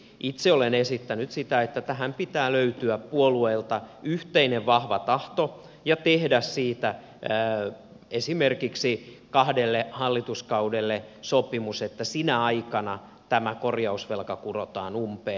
itse olen esittänyt sitä että tähän pitää löytyä puolueilta yhteinen vahva tahto ja siitä pitää tehdä esimerkiksi kahdelle hallituskaudelle sopimus että sinä aikana tämä korjausvelka kurotaan umpeen